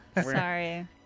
Sorry